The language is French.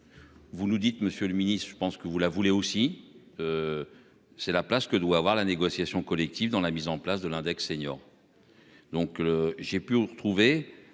Vous nous dites, Monsieur le Ministre, je pense que vous la voulez aussi. C'est la place que doit avoir la négociation collective dans la mise en place de l'index senior. Donc j'ai pu retrouver